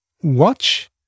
watch